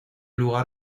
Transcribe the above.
lugar